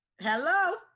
Hello